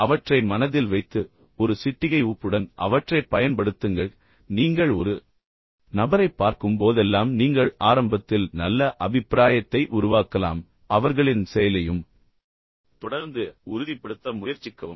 எனவே அவற்றை மனதில் வைத்து ஒரு சிட்டிகை உப்புடன் அவற்றைப் பயன்படுத்துங்கள் நீங்கள் ஒரு நபரைப் பார்க்கும் போதெல்லாம் நீங்கள் ஆரம்பத்தில் நல்ல அபிப்பிராயத்தை உருவாக்கலாம் ஆனால் அவர்களின் செயலையும் தொடர்ந்து உறுதிப்படுத்த முயற்சிக்கவும்